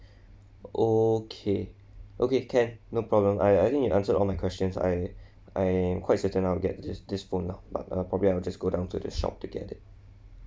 okay okay can no problem I I think you answered all my questions I I'm quite certain on get this this for now but uh properly I'll just go down to the shop to get it